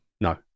No